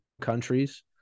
countries